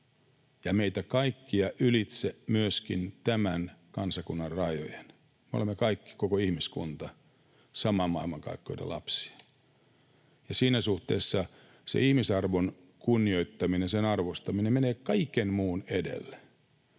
meitä kaikkia ylitse myöskin tämän kansakunnan rajojen. Me olemme kaikki, koko ihmiskunta, saman maailmankaikkeuden lapsia. Siinä suhteessa se ihmisarvon kunnioittaminen ja sen arvostaminen menee kaiken muun edelle,